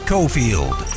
Cofield